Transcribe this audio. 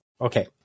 Okay